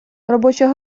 робоча